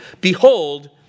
behold